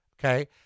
Okay